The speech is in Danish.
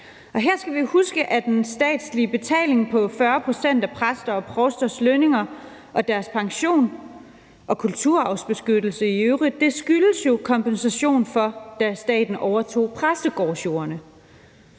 sig. Her skal vi jo huske, at den statslige betaling på 40 pct. af præsters og provsters lønninger og deres pension og af kulturarvsbeskyttelsen i øvrigt skyldes kompensation for dengang, da staten overtog præstegårdsjordene.